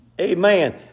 Amen